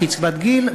קצבת גיל.